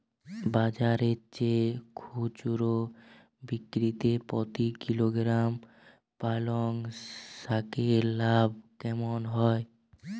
বাজারের চেয়ে খুচরো বিক্রিতে প্রতি কিলোগ্রাম পালং শাকে লাভ কেমন হয়?